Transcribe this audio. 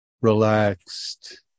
relaxed